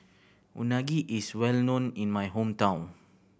unagi is well known in my hometown